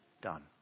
done